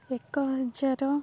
ଏକ ହଜାର